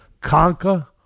Conquer